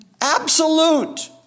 absolute